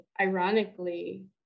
ironically